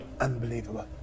Unbelievable